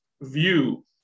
view